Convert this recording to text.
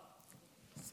זה